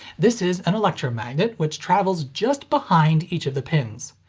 this is an electromagnet which travels just behind each of the pins.